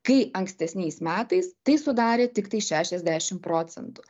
kai ankstesniais metais tai sudarė tiktai šešiasdešimt procentų